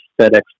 FedEx